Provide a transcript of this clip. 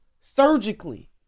surgically